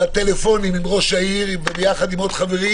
בטלפונים עם ראש העיר ויחד עם עוד חברים